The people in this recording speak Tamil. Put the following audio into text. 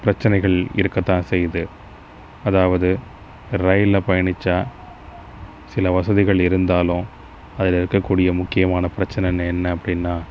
பிரச்சனைகள் இருக்கத்தான் செய்யுது அதாவது ரயிலில் பயணிச்சால் சில வசதிகள் இருந்தாலும் அதில் இருக்கக் கூடிய முக்கியமான பிரச்சனை என்ன அப்படின்னா